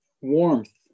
warmth